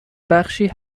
بخشی